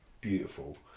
beautiful